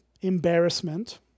embarrassment